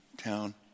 town